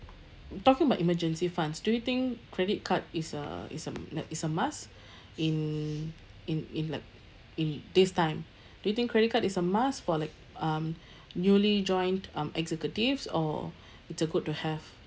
talking about emergency funds do you think credit card is a is a uh is a must in in in like in this time do you think credit card is a must for like um newly joined um executives or it's a good to have